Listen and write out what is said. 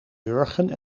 wurgen